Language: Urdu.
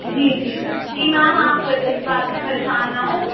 جی جی جی میم آپ اس بات میں پریشان نہ ہوں